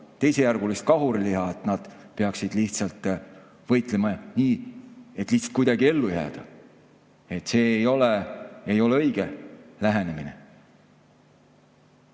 teisejärgulist kahuriliha, et nad peaksid võitlema nii, et lihtsalt kuidagi ellu jääda. See ei ole õige lähenemine.